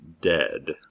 dead